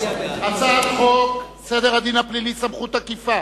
הצעת חוק סדר הדין הפלילי (סמכויות אכיפה,